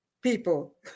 people